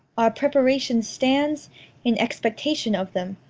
our preparation stands in expectation of them.